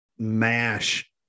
Mash